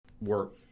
work